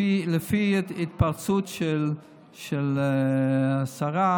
לפי ההתפרצות של השרה,